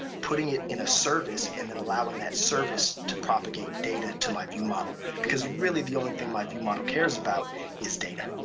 putting it in a service and then allowing that service to propagate data to my viewmodel, because really the only thing my viewmodel cares about is data.